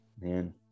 Man